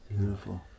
Beautiful